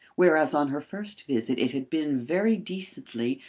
whereas on her first visit it had been very decently,